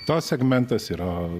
tas segmentas yra